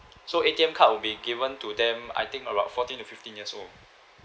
so A_T_M card will be given to them I think about fourteen to fifteen years old